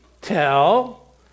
tell